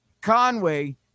Conway